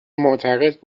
معتقد